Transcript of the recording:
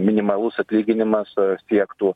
minimalus atlyginimas siektų